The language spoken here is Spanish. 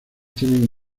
tienen